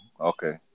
okay